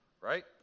Right